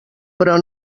però